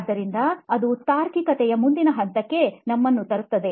ಆದ್ದರಿಂದ ಅದು ತಾರ್ಕಿಕತೆಯ ಮುಂದಿನ ಹಂತಕ್ಕೆ ನಮ್ಮನ್ನು ತರುತ್ತದೆ